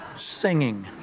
singing